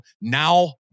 now